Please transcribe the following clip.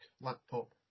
laptop